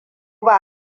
ba